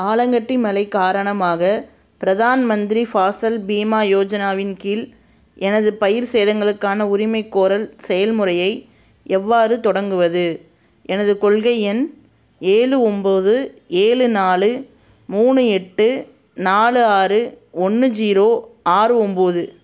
ஆலங்கட்டி மலை காரணமாக பிரதான் மந்திரி ஃபாசல் பீமா யோஜனாவின் கீழ் எனது பயிர் சேதங்களுக்கான உரிமைக்கோரல் செயல்முறையை எவ்வாறு தொடங்குவது எனது கொள்கை எண் ஏழு ஒம்போது ஏழு நாலு மூணு எட்டு நாலு ஆறு ஒன்று ஜீரோ ஆறு ஒம்போது